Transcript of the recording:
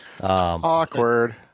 awkward